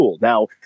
Now